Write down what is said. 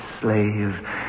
slave